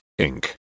Inc